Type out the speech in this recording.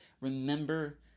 Remember